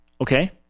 Okay